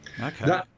Okay